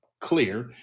Clear